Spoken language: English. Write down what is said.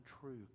true